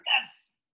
Yes